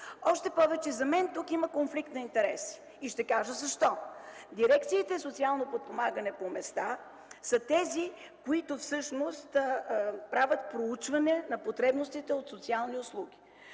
друго. За мен тук има конфликт на интереси и ще кажа защо. Дирекциите „Социално подпомагане” по места са тези, които правят проучване на потребностите от социални услуги.